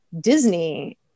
Disney